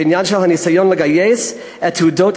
בעניין של ניסיון לגייס את תעודות